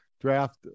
draft